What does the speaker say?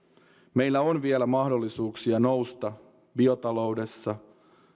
meillä on vielä mahdollisuuksia nousta biotaloudessa